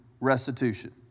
restitution